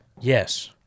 Yes